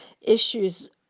issues